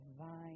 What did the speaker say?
divine